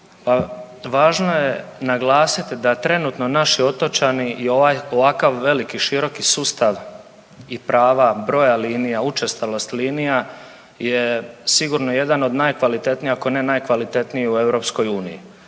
Važno je naglasit da trenutno naši otočani i ovakav veliki široki sustav i prava broja linija, učestalost linija je sigurno jedan od najkvalitetniji, ako ne najkvalitetniji u EU.